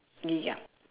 ya